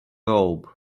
robe